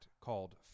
called